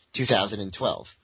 2012